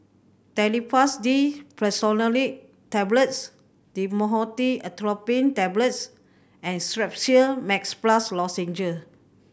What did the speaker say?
Telfast D Fexofenadine Tablets Dhamotil Atropine Tablets and Strepsils Max Plus Lozenges